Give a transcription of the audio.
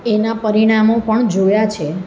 એના પરિણામો પણ જોયા છે